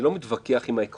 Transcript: אני לא מתווכח עם העקרונות.